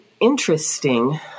interesting